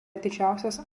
didžiausias